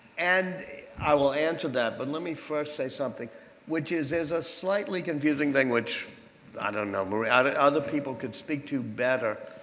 and i will answer that, but let me first say something which is is a slightly confusing thing which i don't know, and other people could speak to better.